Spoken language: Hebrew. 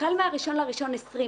החל מה-1 בינואר 2020,